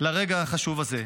לרגע החשוב הזה.